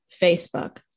Facebook